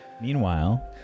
Meanwhile